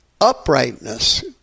Uprightness